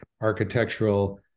architectural